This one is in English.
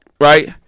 right